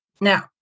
Now